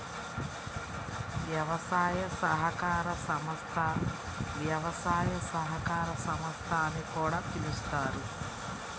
వ్యవసాయ సహకార సంస్థ, వ్యవసాయ సహకార సంస్థ అని కూడా పిలుస్తారు